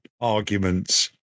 arguments